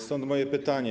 Stąd moje pytanie.